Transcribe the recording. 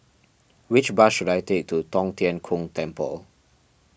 which bus should I take to Tong Tien Kung Temple